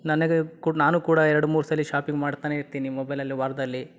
ನನಗೆ ಕೂ ನಾನೂ ಕೂಡ ಎರಡು ಮೂರು ಸಲ ಶಾಪಿಂಗ್ ಮಾಡ್ತನೇ ಇರ್ತೀನಿ ಮೊಬೈಲಲ್ಲಿ ವಾರದಲ್ಲಿ